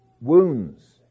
wounds